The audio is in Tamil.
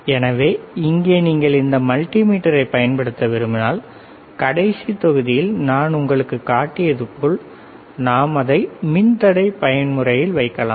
எனவே இங்கே நீங்கள் இந்த மல்டிமீட்டரைப் பயன்படுத்த விரும்பினால் கடைசி தொகுதியில் நான் உங்களுக்குக் காட்டியது போல நாம் அதை மின்தடை பயன்முறையில் வைக்கலாம்